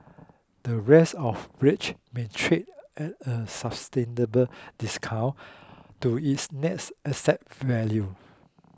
the rest of rich may trade at a discount to its net asset value